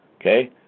Okay